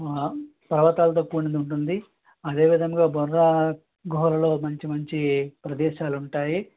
పర్వతాలతో కూడినది ఉంటుంది అదే విధంగా బొర్రా గుహలలో మంచి మంచి ప్రదేశాలుంటాయి